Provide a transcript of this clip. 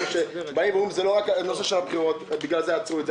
לא רק בגלל הנושא של הבחירות עצרו את זה.